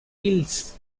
giles